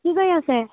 কি কৰি আছে